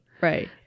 Right